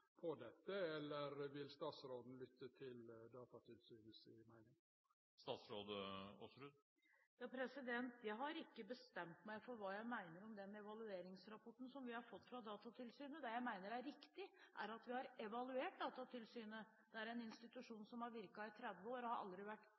eller vil statsråden lytte til det Datatilsynet meiner? Jeg har ikke bestemt meg for hva jeg mener om den evalueringsrapporten som vi har fått fra Datatilsynet. Det jeg mener er riktig, er at vi har evaluert Datatilsynet. Det er en institusjon